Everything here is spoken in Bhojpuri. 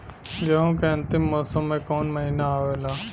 गेहूँ के अंतिम मौसम में कऊन महिना आवेला?